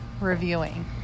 reviewing